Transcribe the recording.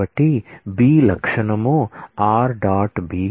కాబట్టి B attribute r